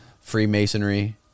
Freemasonry